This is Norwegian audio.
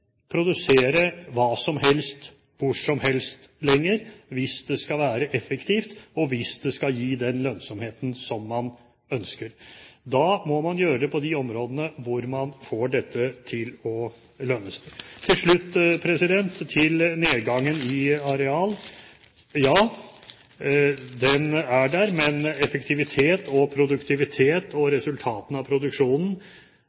produsere hva som helst hvor som helst lenger hvis det skal være effektivt, og hvis det skal gi den lønnsomheten man ønsker. Da må man gjøre det på de områdene hvor man får dette til å lønne seg. Til slutt til nedgangen i areal. Ja, den er der, men effektiviteten, produktiviteten og resultatene av produksjonen øker. Det er det viktige, og